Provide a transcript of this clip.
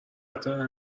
دارن